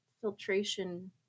filtration